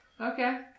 Okay